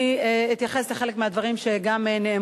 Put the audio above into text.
אני אתייחס לחלק מהדברים שנאמרו,